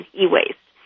e-waste